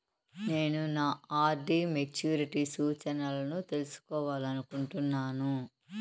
నేను నా RD maturity సూచనలను తెలుసుకోవాలనుకుంటున్నాను